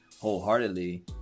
wholeheartedly